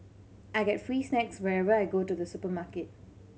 I get free snacks whenever I go to the supermarket